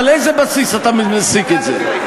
על איזה בסיס אתה מסיק את זה?